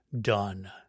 done